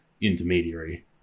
intermediary